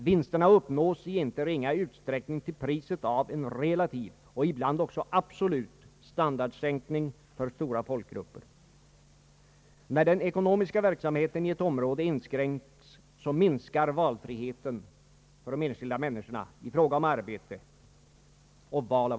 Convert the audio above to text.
Vinsterna uppnås i inte ringa utsträckning till priset av en relativ och ibland också absolut standardsänkning för stora folkgrupper. När den ekonomiska verksamheten i ett område inskränks, minskar valfriheten för de enskilda människorna i fråga om arbete.